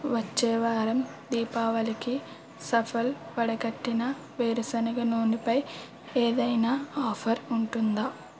వచ్చే వారం దీపావళికి సఫల్ వడకట్టిన వేరుశనగ నూనె పై ఏదైనా ఆఫర్ ఉంటుందా